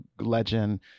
legend